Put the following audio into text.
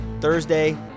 Thursday